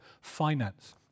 Finance